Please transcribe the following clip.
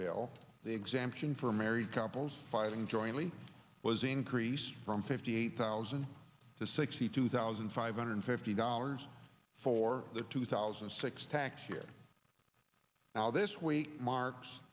bill the exemption for married couples filing jointly was increased from fifty eight thousand to sixty two thousand five hundred fifty dollars for the two thousand and six tax year now this week marks